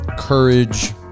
Courage